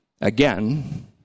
Again